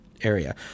area